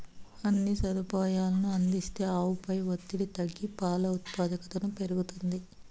అన్ని సదుపాయాలనూ అందిస్తే ఆవుపై ఒత్తిడి తగ్గి పాల ఉత్పాదకతను పెరుగుతుంది